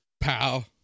pal